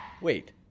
Wait